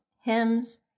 hymns